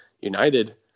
United